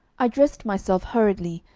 i dressed myself hurriedly,